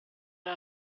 era